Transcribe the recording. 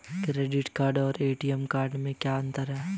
Credit card और ATM card में क्या अंतर है?